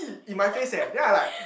!ee! in my face eh then I like